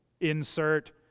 Insert